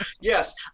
Yes